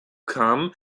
kam